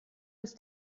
ist